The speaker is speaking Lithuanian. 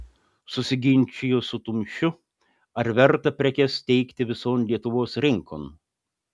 susiginčijo su tumšiu ar verta prekes teikti vison lietuvos rinkon